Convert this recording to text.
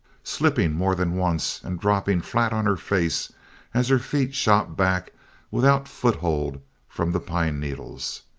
slipping more than once and dropping flat on her face as her feet shot back without foothold from the pine needles.